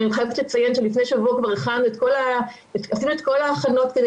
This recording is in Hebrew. אני חייבת לציין שלפני שבוע כבר עשינו את כל ההכנות כדי